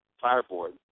fireboard